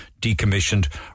decommissioned